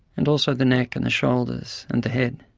and also the neck and the shoulders and the head.